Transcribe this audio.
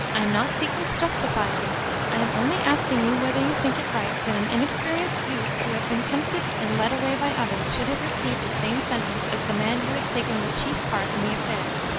i am not seeking to justify him i am only asking you whether you think it right that an inexperienced youth who had been tempted and led away by others should have received the same sentence as the man who had taken the chief part in the affair.